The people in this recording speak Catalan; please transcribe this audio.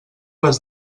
les